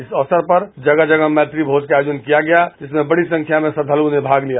इस अवसर पर जगह जगह पर मैत्री भोज का आयोजन किया गया जिसमें बडी संख्या में श्रद्धालुओं ने भाग लिया